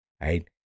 right